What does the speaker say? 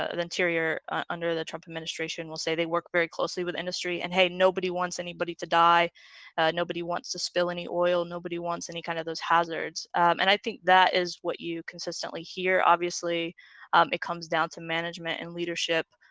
ah the interior under the trump administration will say they work very closely with industry and hey nobody wants anybody to die nobody wants to spill any oil nobody wants any kind of those hazards and i think that is what you consistently hear. obviously it comes down to management and leadership